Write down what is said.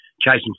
chasing